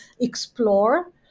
explore